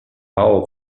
mało